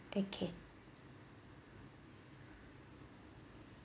okay